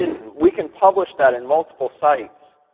we can publish that in multiple sites,